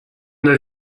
mon